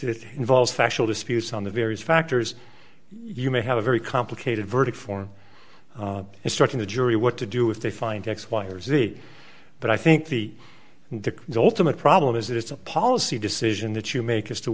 it involves factual disputes on the various factors you may have a very complicated verdict form instructing the jury what to do if they find x y or z but i think the the ultimate problem is that it's a policy decision that you make as to